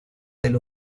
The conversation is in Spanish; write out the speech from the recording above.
del